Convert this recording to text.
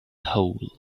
hole